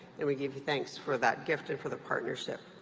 and we give you thanks for that gift and for the partnership.